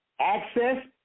access